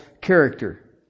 character